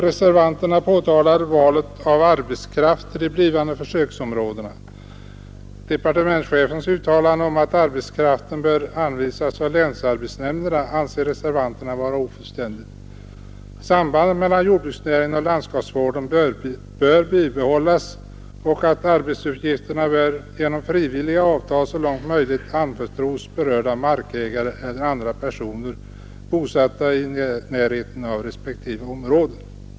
Reservanterna påtalar valet av arbetskraft till de blivande försöksområdena. Departementschefens uttalande om att arbetskraften bör anvisas av länsarbetsnämnderna anser reservanterna vara ofullständigt. De uttalar att sambandet mellan jordbruksnäringen och landskapsvården bör bibehållas och att arbetsuppgifterna bör genom frivilliga avtal så långt möjligt anförtros berörda markägare eller andra personer, bosatta i närheten av respektive områden.